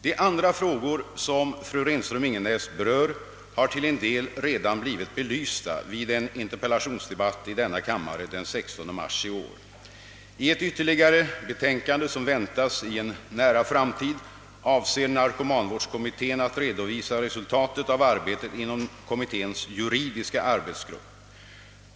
De andra frågor som fru Renström Ingenäs berör har till en del redan blivit belysta vid en interpellationsdebatt i denna kammare den 16 mars i år. I ett ytterligare betänkande, som väntas i en nära framtid, avser narkomanvårdskommittén att redovisa resultatet av arbetet inom kommitténs juridiska arbetsgrupp.